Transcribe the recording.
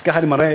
אז ככה אני מראה,